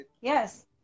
yes